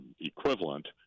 equivalent